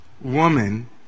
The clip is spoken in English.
woman